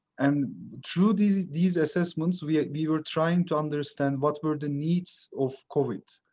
and through these these assessments, we we were trying to understand what were the needs of covid.